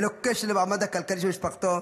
ללא קשר למעמד הכלכלי של משפחתו,